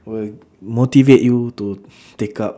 will motivate you to take up